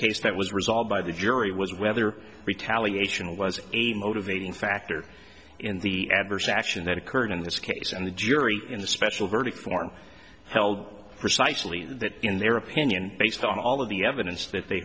case that was resolved by the jury was whether retaliation was a motivating factor in the adversary action that occurred in this case and the jury in the special verdict form held precisely that in their opinion based on all of the evidence that they